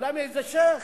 אולי מאיזה שיח',